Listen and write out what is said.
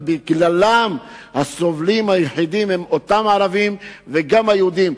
בגללם הסובלים היחידים הם אותם ערבים וגם היהודים.